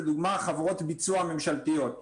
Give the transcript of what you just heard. לדוגמה, חברות ביצוע ממשלתיות.